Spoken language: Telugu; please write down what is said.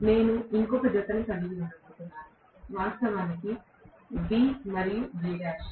నేను ఇంకొక జతని కలిగి ఉండబోతున్నాను ఇది వాస్తవానికి B మరియు Bl